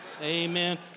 Amen